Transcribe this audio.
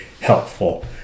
helpful